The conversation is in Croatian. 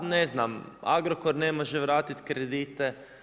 A ne znam, Agrokor ne može vratiti kredite.